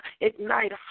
Ignite